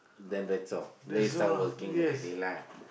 then that's all then you start working already lah